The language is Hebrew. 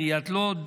עיריית לוד,